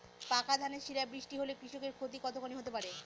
পাকা ধানে শিলা বৃষ্টি হলে কৃষকের ক্ষতি কতখানি হতে পারে?